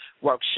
workshop